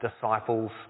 disciples